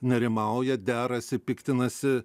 nerimauja derasi piktinasi